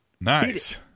Nice